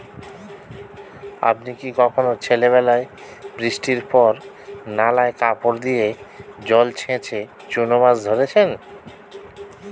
আপনি কি কখনও ছেলেবেলায় বৃষ্টির পর নালায় কাপড় দিয়ে জল ছেঁচে চুনো মাছ ধরেছেন?